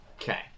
Okay